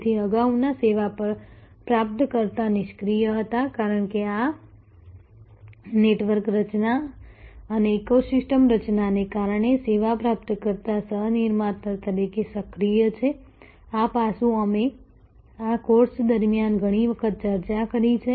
તેથી અગાઉના સેવા પ્રાપ્તકર્તા નિષ્ક્રિય હતા કારણ કે આ નેટવર્ક રચના અને ઇકોસિસ્ટમ રચનાને કારણે સેવા પ્રાપ્તકર્તા સહ નિર્માતા તરીકે સક્રિય છે આ પાસું અમે આ કોર્સ દરમિયાન ઘણી વખત ચર્ચા કરી છે